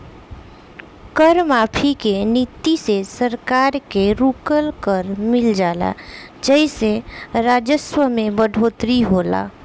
कर माफी के नीति से सरकार के रुकल कर मिल जाला जेइसे राजस्व में बढ़ोतरी होला